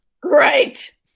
Great